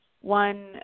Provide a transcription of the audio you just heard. one